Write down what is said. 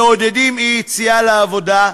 מעודדים אי-יציאה לעבודה,